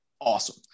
awesome